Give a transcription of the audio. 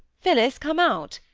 phillis, come out!